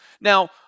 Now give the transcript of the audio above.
Now